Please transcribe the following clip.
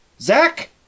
Zach